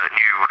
new